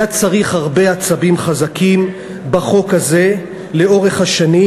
היה צריך הרבה עצבים חזקים בחוק הזה לאורך השנים,